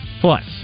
plus